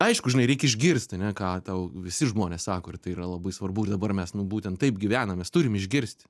aišku žinai reikia išgirst ane ką tau visi žmonės sako ir tai yra labai svarbu ir dabar mes nu būtent taip gyvenam mes turim išgirsti